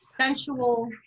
sensual